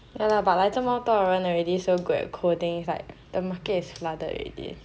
ya lah but like 这么多人 already so good at coding the market is flooded already